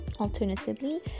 Alternatively